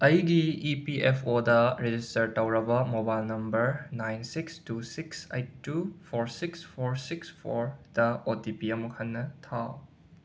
ꯑꯩꯒꯤ E P F ꯑꯣꯗ register ꯇꯧꯔꯕ mobile number nine six two six eight two four six four six ꯐꯣꯔꯗ O T P ꯑꯃꯨꯛ ꯍꯟꯅ ꯊꯥꯎ